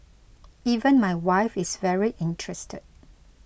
even my wife is very interested